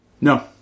No